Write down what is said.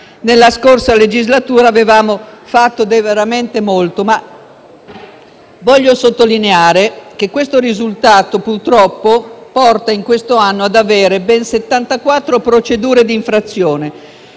nella scorsa legislatura, avevamo fatto veramente molto. Voglio sottolineare che questo risultato purtroppo porta in questo anno ad avere ben 74 procedure di infrazione,